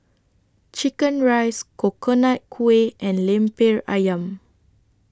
Chicken Rice Coconut Kuih and Lemper Ayam